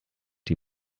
die